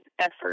effort